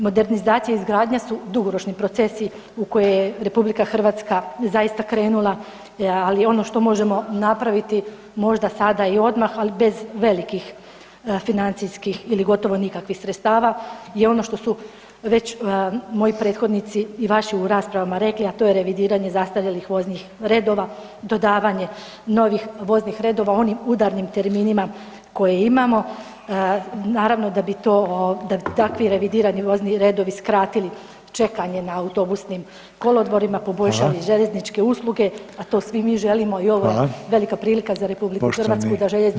Modernizacija i izgradnja su dugoročni procesi u koje je RH zaista krenula ali ono što možemo napraviti možda sada i odmah ali bez velikih financijskih ili gotovo nikakvih sredstava je ono što su već moji prethodnici i vaši u raspravama rekli, a to je revidiranje zastarjelih voznih redova, dodavanje novih voznih redova u onim udarnim terminima koje imamo, naravno da bi takvi revidirani vozni redovi skratili čekanje na autobusnim kolodvorima, poboljšali željezničke usluge [[Upadica Reiner: Hvala.]] a to svi mi želimo i ovo je velika prilika za RH da željezničke usluge poboljšamo.